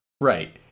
Right